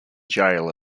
jail